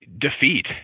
defeat